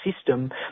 system